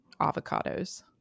avocados